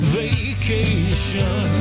vacation